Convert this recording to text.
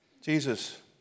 Jesus